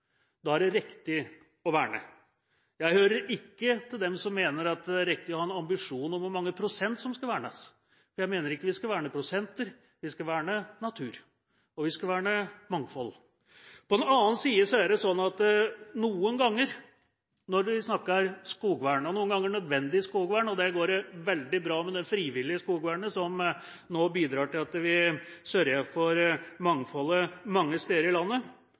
Da er det riktig å verne. Jeg hører ikke til dem som mener at det er riktig å ha en ambisjon om hvor mange prosent som skal vernes. Jeg mener ikke vi skal verne prosenter, vi skal verne natur, og vi skal verne mangfold. På den annen side er det slik at noen ganger når vi snakker skogvern, og noen ganger nødvendig skogvern – der går det veldig bra med det frivillige skogvernet som nå bidrar til at vi sørger for mangfoldet mange steder i landet